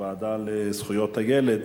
בוועדה לזכויות הילד,